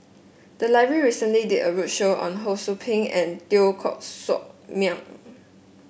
the library recently did a roadshow on Ho Sou Ping and Teo Koh Sock Miang